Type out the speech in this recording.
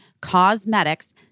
Cosmetics